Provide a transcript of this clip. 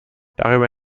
darüber